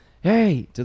hey